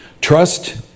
Trust